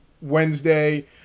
Wednesday